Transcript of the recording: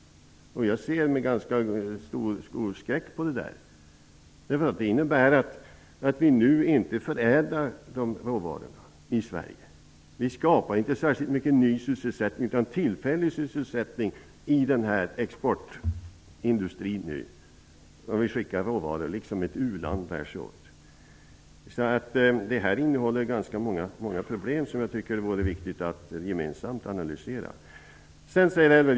Jag ser på detta med stor skräck. Det innebär ju att vi nu inte förädlar råvarorna i Sverige. Vi skapar inte särskilt mycket ny sysselsättning utan bara tillfällig sysselsättning inom den exportindustrin. Vi skickar råvaror, precis som ett u-land. Detta innebär ganska många problem, som jag tycker att det vore viktigt att gemensamt analysera.